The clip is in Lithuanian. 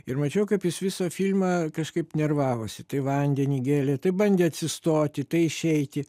ir mačiau kaip jis visą filmą kažkaip nervavosi tai vandenį gėrė tai bandė atsistoti tai išeiti